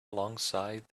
alongside